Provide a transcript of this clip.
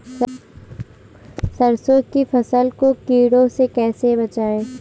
सरसों की फसल को कीड़ों से कैसे बचाएँ?